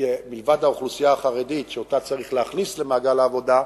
מלבד האוכלוסייה החרדית שאותה צריך להכניס למעגל העבודה,